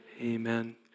amen